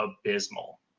abysmal